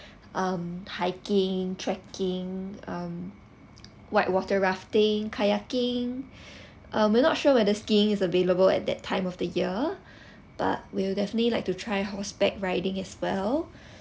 um hiking trekking um whitewater rafting kayaking uh we'll not sure whether skiing is available at that time of the year but we'll definitely like to try horseback riding as well